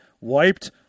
wiped